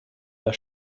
der